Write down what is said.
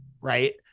Right